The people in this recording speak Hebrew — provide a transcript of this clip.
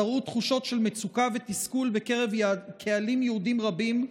זרעו תחושות של מצוקה ותסכול בקרב קהלים יהודיים רבים,